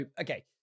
okay